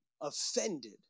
offended